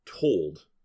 told